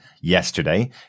yesterday